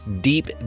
deep